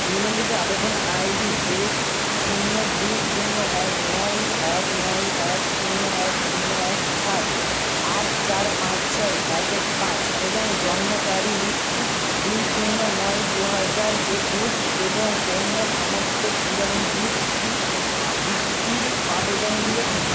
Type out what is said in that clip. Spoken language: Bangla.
নিবন্ধিত আবেদন আই ডি জেড শূন্য দুই শূন্য এক নয় এক নয় এক শূন্য এক শূন্য এক সাত আট চার পাঁচ ছয় এক এক পাঁচ এবং জন্ম তারিখ দুই শূন্য নয় দু হাজার একুশ এবং অন্য সমস্ত পুনরাবৃত্তি বৃত্তির আবেদনগুলো খুঁজুন